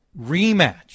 rematch